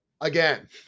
again